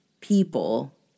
people